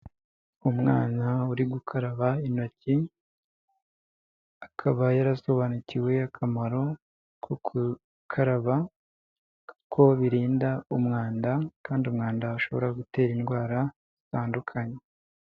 Umwana uri gukaraba intoki akaba yarasobanukiwe akamaro ko kukaraba ko birinda umwanda kandi umwanda ushobora gutera indwara zitandukanye.